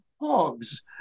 hogs